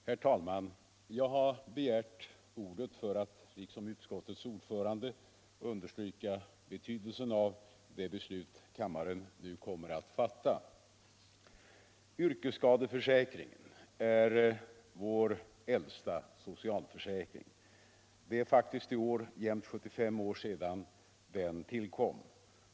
Herr talman! Jag har begärt ordet för att liksom utskottets ordförande understryka betydelsen av det beslut kammaren nu kommer att fatta. Yrkesskadeförsäkringen är vår äldsta socialförsäkring. Det är faktiskt i år jämnt 75 år sedan den tillkom.